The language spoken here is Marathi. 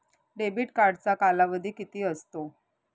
डेबिट कार्डचा कालावधी किती असतो?